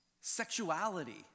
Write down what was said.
sexuality